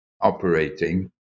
operating